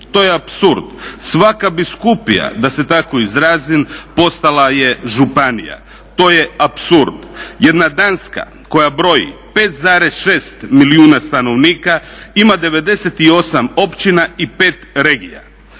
to je apsurd. Svaka biskupija da se tako izrazim postala je županija, to je apsurd. Jedna Danska koja broji 5,6 milijuna stanovnika ima 98 općina i 5 regija.